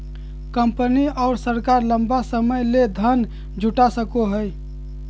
company और सरकार लंबा समय ले धन जुटा सको हइ